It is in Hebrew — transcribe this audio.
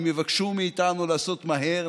אם יבקשו מאיתנו לעשות מהר,